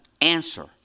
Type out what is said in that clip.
answer